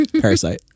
Parasite